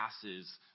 passes